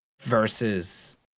versus